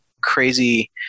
crazy